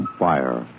fire